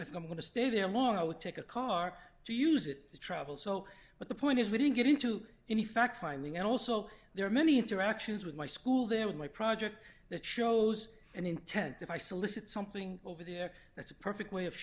if i am going to stay there long i would take a car to use it to travel so but the point is we didn't get into any fact finding and also there are many interactions with my school there with my project that shows an intent if i solicit something over there that's a perfect way of